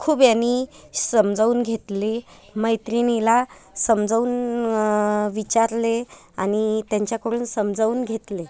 खूप ह्यांनी समजावून घेतले मैत्रिणीला समजावून विचारले आणि त्यांच्याकडून समजावून घेतले